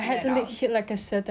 like I have to stay that number